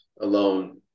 alone